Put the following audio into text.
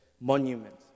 monument